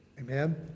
amen